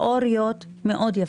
התיאוריות מאוד יפות.